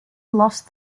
lost